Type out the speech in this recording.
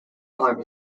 arm